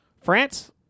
France